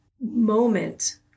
moment